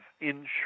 insurance